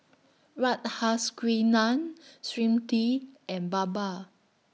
Radhakrishnan Smriti and Baba